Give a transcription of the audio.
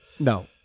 No